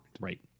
Right